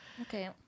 okay